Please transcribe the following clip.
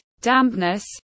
dampness